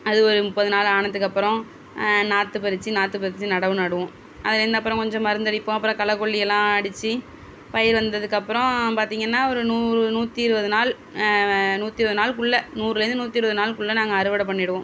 அது ஒரு முப்பது நாள் ஆனத்துக்கப்புறம் நாற்று பறிச்சு நாற்று பறிச்சு நடவு நடுவோம் அது என்ன அப்புறம் கொஞ்சம் மருந்து அடிப்போம் அப்புறம் களைகொல்லியெல்லாம் அடிச்சு பயிர் வந்ததுக்கப்புறம் பார்த்திங்கனா ஒரு நூறு நூற்றி இருவது நாள் வே நூற்றி இருபது நாள்க்குள்ளே நூறுலருந்து நூற்றி இருபது நாள்க்குள்ளே நாங்கள் அறுவடை பண்ணிவிடுவோம்